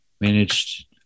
managed